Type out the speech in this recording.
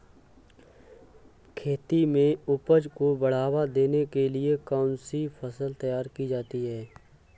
खेती में उपज को बढ़ावा देने के लिए कौन सी फसल तैयार की जा सकती है?